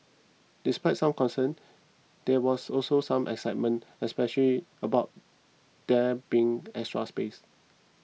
despite some concerns there was also some excitement especially about there being extra space